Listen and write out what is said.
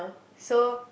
so